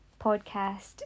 podcast